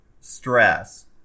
stress